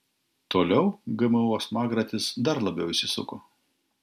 toliau gmo smagratis dar labiau įsisuko